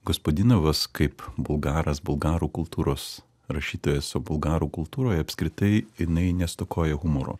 gospadinovas kaip bulgaras bulgarų kultūros rašytojas o bulgarų kultūroje apskritai jinai nestokoja humoro